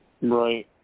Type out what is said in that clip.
Right